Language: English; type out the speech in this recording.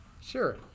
Sure